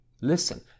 listen